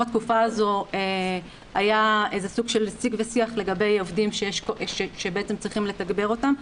התקופה הזו היה איזה סוג של שיג ושיח לגבי עובדים שצריכים לתגבר אותם,